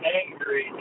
angry